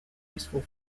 useful